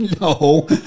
No